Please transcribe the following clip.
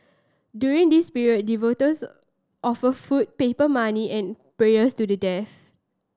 during this period offer food paper money and prayers to the dead